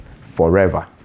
Forever